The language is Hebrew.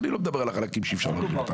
אני לא מדבר על החלקים שאי אפשר להרחיב אותם.